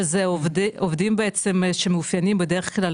שזה עובדים בעצם שמאופיינים בדרך כלל